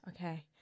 Okay